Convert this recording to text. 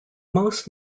most